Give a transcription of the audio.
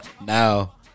Now